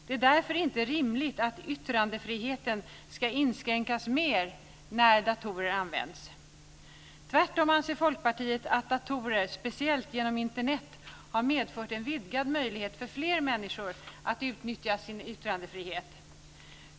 Det är därför inte rimligt att yttrandefriheten ska inskränkas mer när datorer används. Tvärtom anser Folkpartiet att datorer, speciellt genom Internet, har medfört en vidgad möjlighet för fler människor att utnyttja sin yttrandefrihet.